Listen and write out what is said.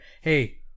hey